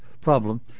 problem